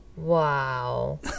Wow